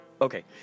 Okay